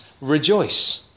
rejoice